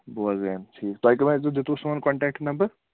بوزگامہِ ٹھیٖک تۄہہِ کٕم دیُتوٕ سون کَنٹیکٹہٕ نمبر